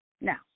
Now